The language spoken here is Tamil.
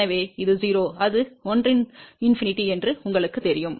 எனவே இது 0 இது 1 முடிவிலி என்று உங்களுக்குத் தெரியும்